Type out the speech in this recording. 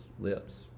lips